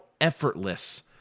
effortless